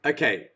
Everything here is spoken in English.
Okay